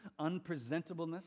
unpresentableness